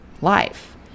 life